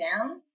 down